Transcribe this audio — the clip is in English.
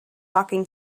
talking